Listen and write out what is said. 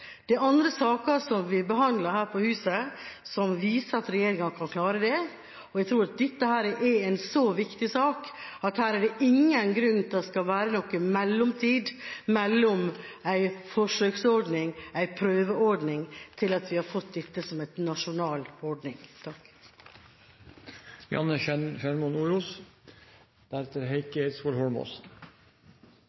er andre saker vi behandler her på huset, som viser at regjeringen kan klare det, og jeg tror at dette er en så viktig sak at her er det ingen grunn til at det skal være noen mellomtid mellom en forsøksordning – en prøveordning – og til vi har fått dette som en nasjonal ordning.